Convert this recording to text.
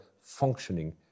functioning